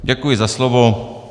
Děkuji za slovo.